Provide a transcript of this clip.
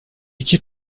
iki